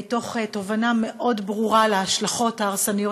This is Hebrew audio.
מתוך הבנה מאוד ברורה של ההשלכות ההרסניות